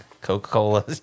Coca-Cola